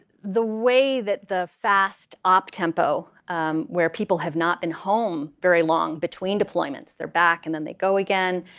the way that the fast op tempo where people have not been home very long between deployments they're back and, then they go again.